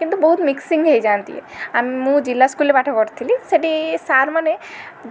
କିନ୍ତୁ ବହୁତ ମିକ୍ସିଂ ହେଇଯାଆନ୍ତି ଆମ ମୁଁ ଜିଲ୍ଲା ସ୍କୁଲରେ ପାଠ ପଢ଼ୁଥିଲି ସେଠି ସାର୍ ମାନେ